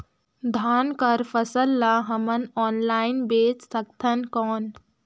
धान कर फसल ल हमन ऑनलाइन बेच सकथन कौन?